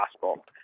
gospel